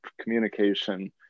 communication